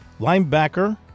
Linebacker